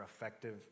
effective